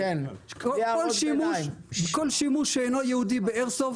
כל שימוש שאינו ייעודי באיירסופט,